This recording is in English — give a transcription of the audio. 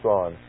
on